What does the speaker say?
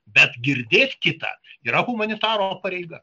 bet girdėt kitą yra humanitaro pareiga